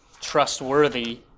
trustworthy